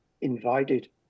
invited